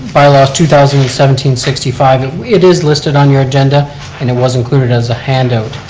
bylaw two thousand and seventeen sixty five and it is listed on your agenda and it was included as a handout.